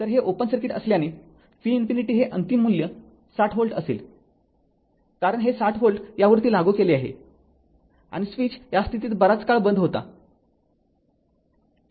तर हे open circuit असल्याने V∞ हे अंतिम मूल्य फक्त ६० व्होल्ट असेल कारण हे ६० व्होल्ट यावरती लागू केले आहे आणि स्विच या स्थितीत बराच काळ बंद होता